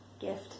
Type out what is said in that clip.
gift